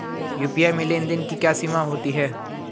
UPI में लेन देन की क्या सीमा होती है?